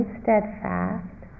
steadfast